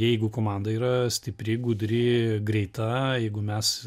jeigu komanda yra stipri gudri greita jeigu mes